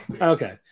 Okay